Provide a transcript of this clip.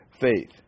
faith